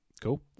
Cool